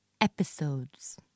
episodes